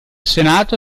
senato